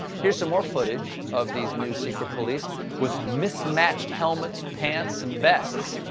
here's some more footage of these new secret police with mismatched helmets, pants, and vests.